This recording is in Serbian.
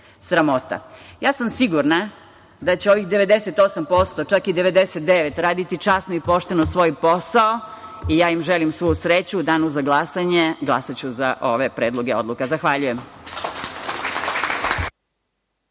sam da će ovih 98%, čak i 99%, raditi časno i pošteno svoj posao i ja im želim svu sreću. U danu ga glasanje, glasaću za ove predloge odluka. Zahvaljujem.